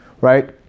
right